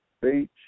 Beach